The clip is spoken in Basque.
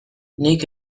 nik